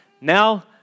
Now